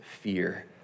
fear